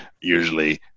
usually